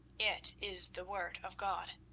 it is the word of god.